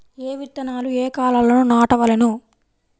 ఏ విత్తనాలు ఏ కాలాలలో నాటవలెను?